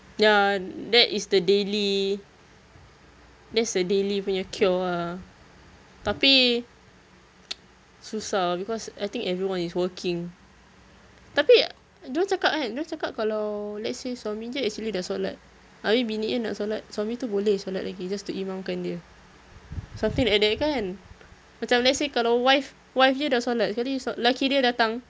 ya that is the daily that's the daily punya cure ah tapi susah because I think everyone is working tapi dorang cakap kan dorang cakap kalau let's say suami dia actually dah solat abeh bini dia nak solat suami tu boleh solat lagi just to imamkan dia something like that kan macam let's say kalau wife wife dia dah solat sekali lelaki dia datang